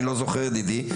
אני לא זוכר, ידידי.